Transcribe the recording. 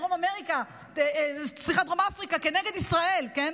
דרום אפריקה נגד ישראל, כן?